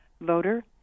voter